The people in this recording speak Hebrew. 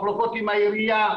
מחלוקות עם העירייה,